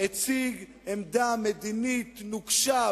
הציג עמדה מדינית נוקשה,